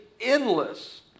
endless